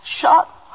Shot